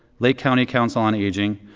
lake county council on aging,